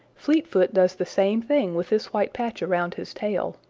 fleetfoot does the same thing with this white patch around his tail.